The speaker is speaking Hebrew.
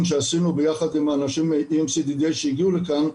שעשינו ביחד עם האנשים מ-EMCDDA שהגיעו לכאן,